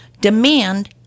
Demand